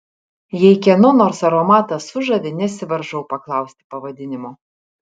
jei kieno nors aromatas sužavi nesivaržau paklausti pavadinimo